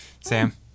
sam